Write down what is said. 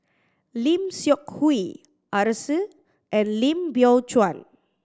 Lim Seok Hui Arasu and Lim Biow Chuan